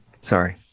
Sorry